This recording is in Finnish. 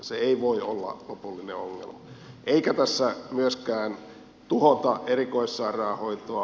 se ei voi olla lopullinen ongelma eikä tässä myöskään tuhota erikoissairaanhoitoa